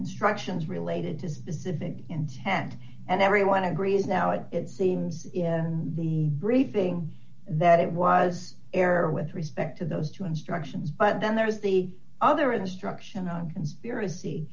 than struction is related to specific intent and everyone agrees now it seems in the briefing that it was error with respect to those two instructions but then there was the other instruction on conspiracy